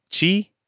Chi